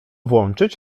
włączyć